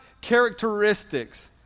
characteristics